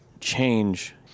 change